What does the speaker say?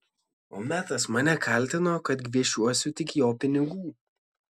o metas mane kaltino kad gviešiuosi tik jo pinigų